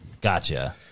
gotcha